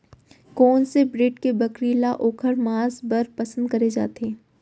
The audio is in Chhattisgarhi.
कोन से ब्रीड के बकरी ला ओखर माँस बर पसंद करे जाथे?